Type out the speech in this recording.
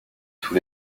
sous